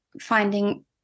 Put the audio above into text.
finding